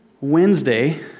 Wednesday